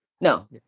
No